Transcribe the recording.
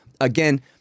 Again